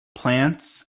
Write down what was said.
plants